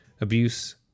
Abuse